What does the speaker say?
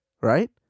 right